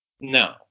No